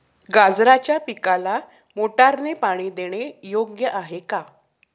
गाजराच्या पिकाला मोटारने पाणी देणे योग्य आहे का?